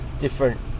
different